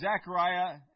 Zechariah